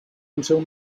until